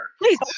Please